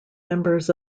members